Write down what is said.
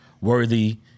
worthy